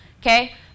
Okay